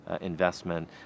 investment